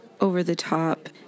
over-the-top